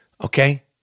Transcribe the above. okay